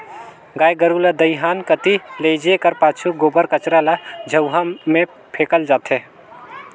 गाय गरू ल दईहान कती लेइजे कर पाछू गोबर कचरा ल झउहा मे फेकल जाथे